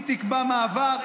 היא תקבע מה עבר,